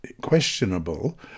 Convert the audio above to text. questionable